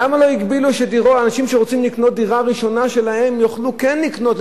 למה לא הגבילו כך שאנשים שרוצים לקנות דירה ראשונה יוכלו לקנות,